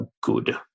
good